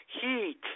heat